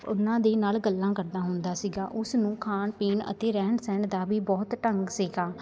ਉਹਨਾਂ ਦੇ ਨਾਲ ਗੱਲਾਂ ਕਰਦਾ ਹੁੰਦਾ ਸੀਗਾ ਉਸ ਨੂੰ ਖਾਣ ਪੀਣ ਅਤੇ ਰਹਿਣ ਸਹਿਣ ਦਾ ਵੀ ਬਹੁਤ ਢੰਗ ਸੀਗਾ